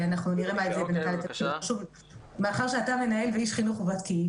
אתה מנהל ואיש חינוך ותיק,